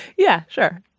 yeah, sure